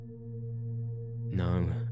no